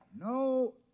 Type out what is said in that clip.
No